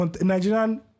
Nigerian